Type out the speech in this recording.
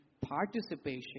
participation